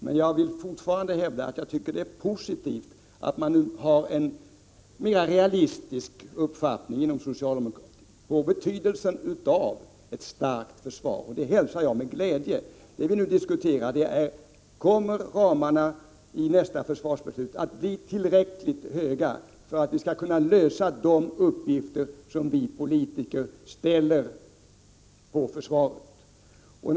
Men jag vill fortfarande hävda att jag tycker det är positivt att man nu har en mera realistisk uppfattning inom socialdemokratin om betydelsen av ett starkt försvar. Detta hälsar jag med glädje. Det vi nu diskuterar är om ramarna i nästa försvarsbeslut kommer att bli tillräckligt stora för att man skall kunna lösa de uppgifter som vi politiker ställer på försvaret.